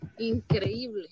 Increíble